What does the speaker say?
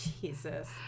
Jesus